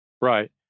Right